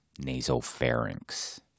Nasopharynx